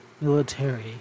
military